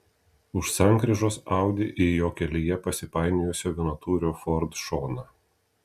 už sankryžos audi į jo kelyje pasipainiojusio vienatūrio ford šoną